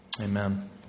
Amen